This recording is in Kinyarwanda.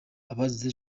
abazize